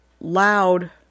loud